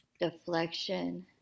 Deflection